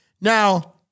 Now